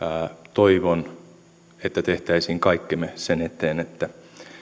toivon että tehtäisiin kaikkemme sen eteen että